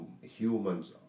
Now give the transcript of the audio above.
humans